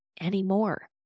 anymore